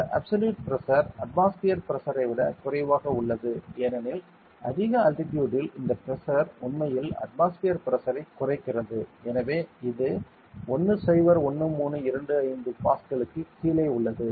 இந்த absolute pressure atmosphere பிரஷரை விட குறைவாக உள்ளது ஏனெனில் அதிக அல்டிடியூட்ல் இந்த பிரஷர் உண்மையில் அட்மாஸ்பியர் பிரஷரை குறைக்கிறது எனவே இது 101325 பாஸ்கலுக்கு கீழே உள்ளது